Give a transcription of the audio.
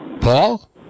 Paul